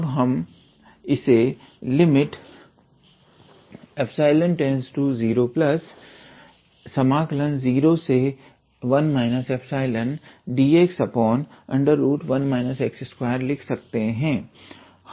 अब हम इसे ∈→001 ∈dx1 x2 लिख सकते हैं